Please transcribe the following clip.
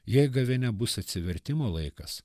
jei gavėnia bus atsivertimo laikas